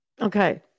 Okay